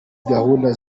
gahunda